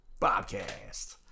Bobcast